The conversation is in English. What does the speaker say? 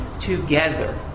together